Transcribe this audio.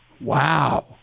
Wow